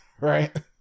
right